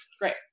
Great